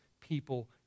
people